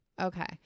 Okay